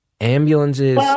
ambulances